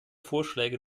vorschläge